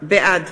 בעד